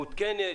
מעודכנת?